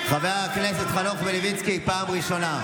חבר הכנסת חנוך מלביצקי, פעם ראשונה.